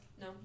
No